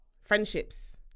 friendships